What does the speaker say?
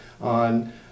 on